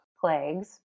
plagues